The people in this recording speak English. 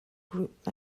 group